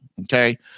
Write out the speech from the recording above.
Okay